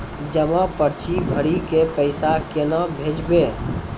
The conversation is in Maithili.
जमा पर्ची भरी के पैसा केना भेजबे?